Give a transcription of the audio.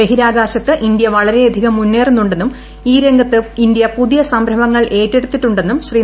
ബഹിരാകാശത്ത് ഇന്ത്യ വളരെയധികം മുന്നേറുന്നുന്നെും ഈ രംഗത്ത് ഇന്ത്യ പുതിയ സംരംഭങ്ങൾ ഏറ്റെടുത്തിട്ടുന്നെും ശ്രീ